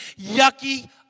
yucky